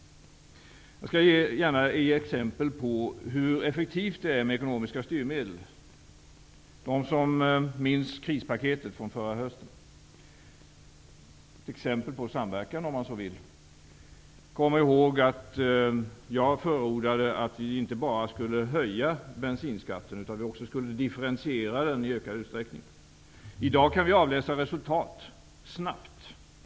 Jag skall gärna ge exempel på hur effektivt det är med ekonomiska styrmedel. De som minns krispaketet från förra hösten -- ett exempel på samverkan, om man så vill -- kommer ihåg att jag förordade att vi inte bara skulle höja bensinskatten utan också differentiera den i ökad utsträckning. I dag kan vi avläsa de snabba resultaten.